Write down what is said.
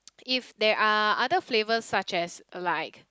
if there are other flavours such as like